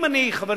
אם אני חבר,